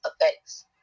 effects